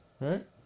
Right